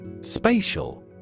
Spatial